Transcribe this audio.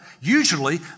usually